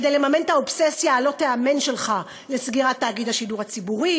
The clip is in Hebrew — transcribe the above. כדי לממן את האובססיה הלא-תיאמן שלך לסגירת תאגיד השידור הציבורי.